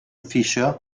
fisher